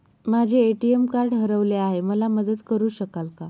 माझे ATM card हरवले आहे, मला मदत करु शकाल का?